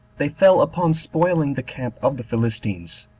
they fell upon spoiling the camp of the philistines,